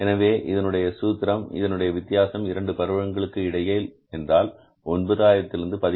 எனவே இதனுடைய வித்தியாசம் இரண்டு பருவங்களுக்கு இடையில் என்றால் 9 ஆயிரத்திலிருந்து 13000